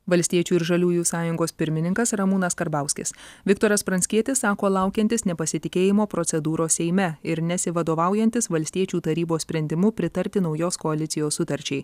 valstiečių ir žaliųjų sąjungos pirmininkas ramūnas karbauskis viktoras pranckietis sako laukiantis nepasitikėjimo procedūros seime ir nesivadovaujantis valstiečių tarybos sprendimu pritarti naujos koalicijos sutarčiai